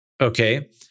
okay